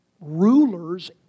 rulers